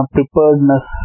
Preparedness